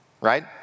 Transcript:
right